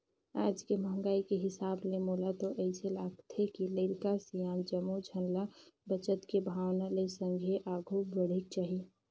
आज के महंगाई के हिसाब ले मोला तो अइसे लागथे के लरिका, सियान जम्मो झन ल बचत के भावना ले संघे आघु बढ़ेक चाही